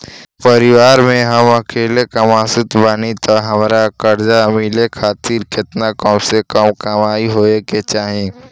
परिवार में हम अकेले कमासुत बानी त हमरा कर्जा मिले खातिर केतना कम से कम कमाई होए के चाही?